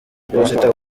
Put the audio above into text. iposita